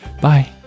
bye